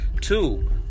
Two